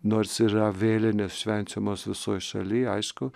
nors yra vėlinės švenčiamos visoj šaly aišku